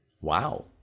Wow